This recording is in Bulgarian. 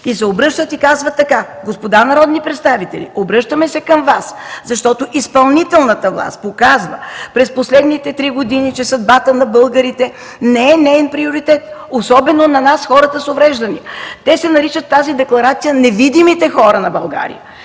представители и казват така: „Господа народни представители, обръщаме се към Вас, защото изпълнителната власт показва през последните три години, че съдбата на българите не е неин приоритет, особено на нас, хората с увреждания.”. Те се наричат в тази декларация „невидимите хора на България”.